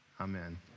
Amen